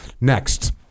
Next